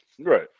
Right